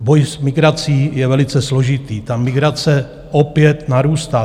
Boj s migrací je velice složitý, migrace opět narůstá.